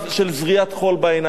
של זריית חול בעיניים.